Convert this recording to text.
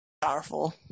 powerful